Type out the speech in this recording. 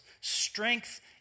strength